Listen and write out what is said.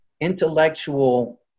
intellectual